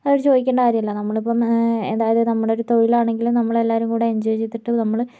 അത് ചോദിക്കണ്ട കാര്യമില്ല നമ്മളിപ്പം അതായത് നമ്മളൊരു തൊഴിലാണെങ്കിലും നമ്മളെല്ലാരും കൂടെ എൻജോയ് ചെയ്തിട്ട് നമ്മള്